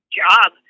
job